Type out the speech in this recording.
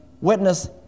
witness